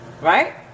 Right